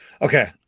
Okay